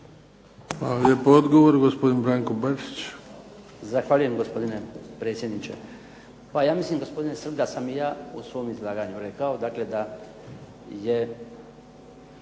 Hvala lijepo. Odgovor gospodin Branko Bačić.